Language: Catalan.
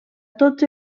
tots